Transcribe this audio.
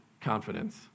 confidence